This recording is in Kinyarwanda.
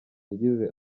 yagize